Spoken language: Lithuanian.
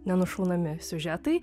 nenušaunami siužetai